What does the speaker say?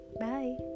Bye